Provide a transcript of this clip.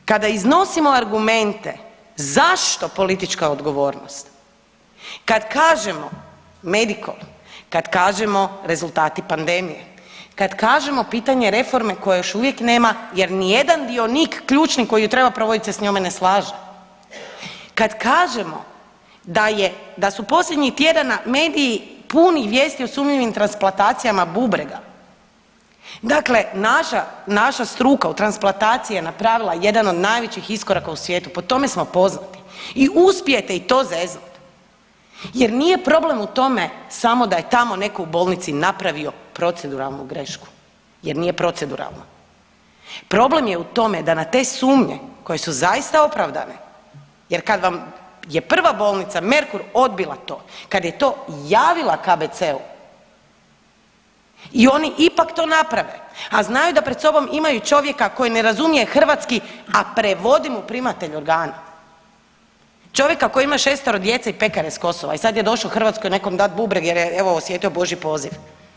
I onda kada iznosimo argumente zašto politička odgovornost, kad kažemo Medikol, kad kažemo rezultati pandemije, kad kažemo pitanje reforme koje još uvijek nema jer nijedan dionik ključni koji ju treba provodit se s njome ne slaže, kad kažemo da je, da su posljednjih tjedana mediji puni vijesti o sumnjivim transplantacijama bubrega, dakle naša, naša struka od transplantacije je napravila jedan od najvećih iskoraka u svijetu, po tome smo poznati i uspijete i to zeznut jer nije problem u tome samo da je tamo neko u bolnici napravio proceduralnu grešku jer nije proceduralna, problem je u tome da na te sumnje koje su zaista opravdane jer kad vam je prva bolnica Merkur odbila to, kad je to javila KBC-u i oni ipak to naprave, a znaju da pred sobom imaju čovjeka koji ne razumije hrvatski, a prevodi mu primatelj organa, čovjeka koji ima šestero djece i pekare s Kosova i sad je došao u Hrvatskoj nekom dat bubreg jer je evo osjetio božji poziv.